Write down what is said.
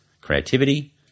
creativity